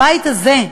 הבית הזה,